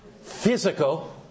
Physical